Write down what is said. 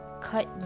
cut